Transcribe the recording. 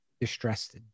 distressed